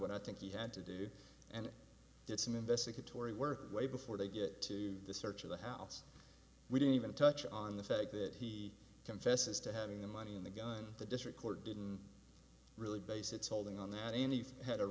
what i think he had to do and did some investigatory work way before they get to the search of the house we didn't even touch on the fact that he confesses to having the money in the gun the district court didn't really base its holding on that anything had a